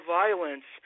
violence